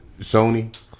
Sony